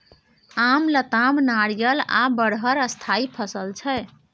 आम, लताम, नारियर आ बरहर स्थायी फसल छै